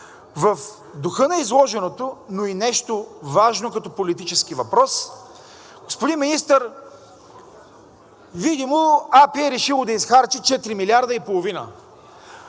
В духа на изложеното, но и нещо важно като политически въпрос, господин министър – видимо АПИ е решила да изхарчи четири